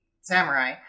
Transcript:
samurai